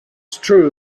true